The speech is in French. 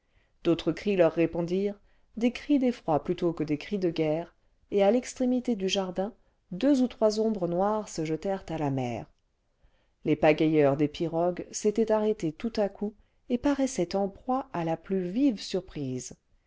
d'autres cris leur répon dirent des cris d'effroi plutôt que des cris de guerre et à l'extrémité du jardin deux ou trois ombres noires se jetèrent à la mer les pagayeurs des pirogues s'étaient arrêtés tout à coup et parais saient en proie à la plus vive surprise